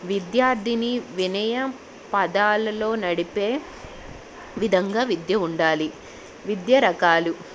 విద్యార్థిని వినయ పదాలలో నడిపే విధంగా విద్య ఉండాలి విద్య రకాలు